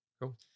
Cool